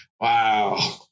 Wow